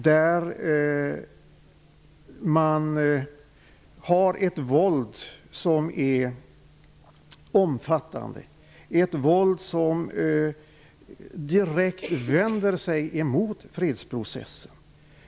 Där finns ett omfattande våld som vänder sig direkt emot fredsprocessen.